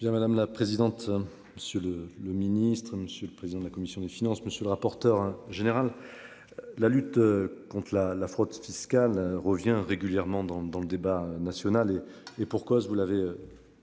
madame la présidente sur le le ministre, monsieur le président de la commission des finances, monsieur le rapporteur général. La lutte contre la la fraude fiscale revient régulièrement dans dans le débat national et et pour cause, vous l'avez.